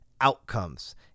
outcomes